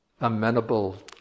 amenable